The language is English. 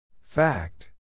Fact